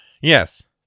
Yes